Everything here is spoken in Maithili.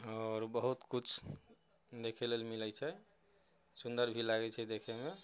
आओर बहुत किछु देखै लेल मिलैत छै सुंदर भी लागैत छै देखैमे